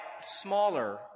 smaller